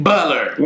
Butler